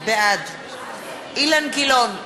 בעד אילן גילאון,